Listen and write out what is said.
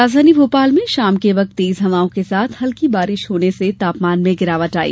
राजधानी भोपाल में शाम के वक्त तेज हवाओं के साथ हल्की वर्षा होने से तापमान में गिरावट आई